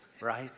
right